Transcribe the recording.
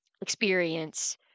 experience